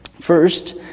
First